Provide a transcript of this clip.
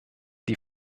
die